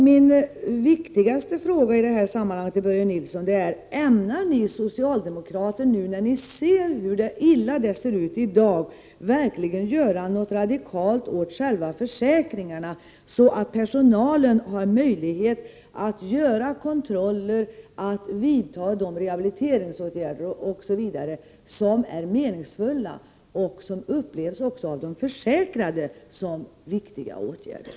Min viktigaste fråga till Börje Nilsson är i det sammanhanget: Ämnar ni socialdemokrater nu, när ni ser hur illa det är ställt i dag, verkligen göra något radikalt åt själva försäkringarna, så att personalen får möjlighet att göra de kontroller, vidta de rehabiliteringsåtgärder osv. som är meningsfulla och som också av de försäkrade upplevs som viktiga?